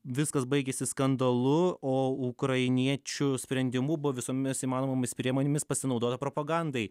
viskas baigėsi skandalu o ukrainiečių sprendimu buvo visomis įmanomomis priemonėmis pasinaudota propagandai